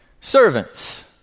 servants